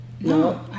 No